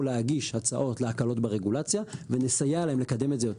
להגיש הצעות להקלות ברגולציה ונסייע להם לקדם את זה יותר